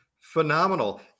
Phenomenal